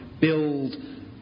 build